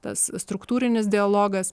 tas struktūrinis dialogas